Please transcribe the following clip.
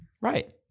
Right